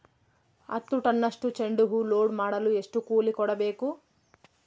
ಹತ್ತು ಟನ್ನಷ್ಟು ಚೆಂಡುಹೂ ಲೋಡ್ ಮಾಡಲು ಎಷ್ಟು ಕೂಲಿ ಕೊಡಬೇಕು?